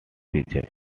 feature